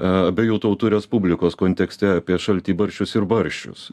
abiejų tautų respublikos kontekste apie šaltibarščius ir barščius